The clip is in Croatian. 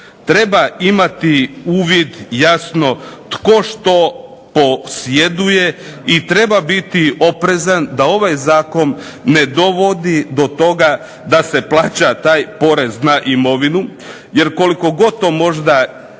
treba imati uvid tko što posjeduje i treba biti oprezan da ovaj zakon ne dovodi do toga da se plaća taj porez na imovinu jer koliko god to možda